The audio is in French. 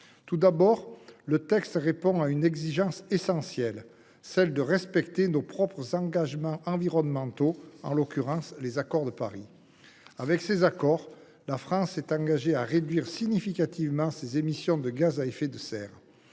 Tout d’abord, il répond à une exigence essentielle, celle de respecter nos propres engagements environnementaux, en l’occurrence les accords de Paris, par lesquels la France s’est engagée à réduire significativement ses émissions de gaz à effet de serre.